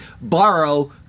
borrow